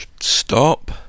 Stop